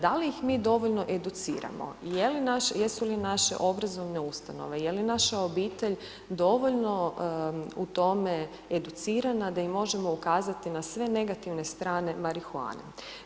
Da li ih mi dovoljno educiramo, je li, jesu li naše obrazovne ustanove, je li naša obitelj dovoljno u tome educirana da im možemo ukazati na sve negativne strane marihuane.